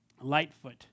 Lightfoot